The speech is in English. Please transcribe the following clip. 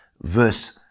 Verse